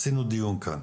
עשינו דיון כאן,